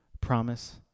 promise